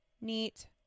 Neat